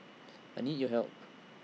I need your help